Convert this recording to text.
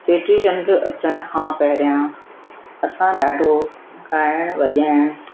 चेट्री चंड अचण खां पहिरियां असां ॾाढो ॻाइणु वॼाइणु